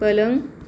पलंग